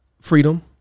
Freedom